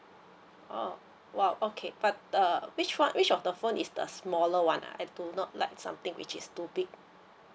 oh !wow! okay but uh which one which of the phone is the smaller one ah I do not like something which is too big